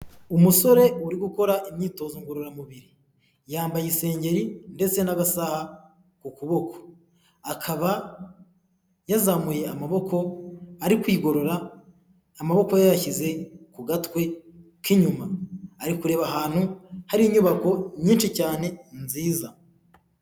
Umusore uri gukora imyitozo ngororamubiri, yambaye isengeri ndetse n'agasaha ku kuboko, akaba yazamuye amaboko, ari kwigorora, amaboko yayashyize ku gatwe k'inyuma, ari kureba ahantu hari inyubako nyinshi cyane nziza.